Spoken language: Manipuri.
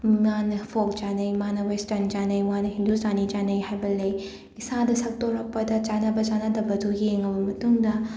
ꯃꯥꯅ ꯐꯣꯛ ꯆꯥꯅꯩ ꯃꯥꯅ ꯋꯦꯁꯇꯔꯟ ꯆꯥꯅꯩ ꯃꯥꯅ ꯍꯤꯟꯗꯨꯁꯇꯥꯅꯤ ꯆꯅꯩ ꯍꯥꯏꯕ ꯂꯩ ꯏꯁꯥꯗ ꯁꯛꯇꯣꯔꯛꯄꯗ ꯆꯥꯅꯕ ꯆꯥꯅꯗꯕꯗꯨ ꯌꯦꯡꯉꯕ ꯃꯇꯨꯡꯗ